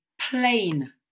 Plain